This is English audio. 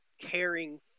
Caring